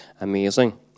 amazing